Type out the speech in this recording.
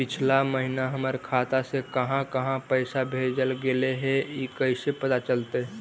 पिछला महिना हमर खाता से काहां काहां पैसा भेजल गेले हे इ कैसे पता चलतै?